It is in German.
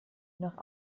noch